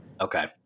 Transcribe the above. Okay